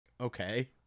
Okay